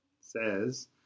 says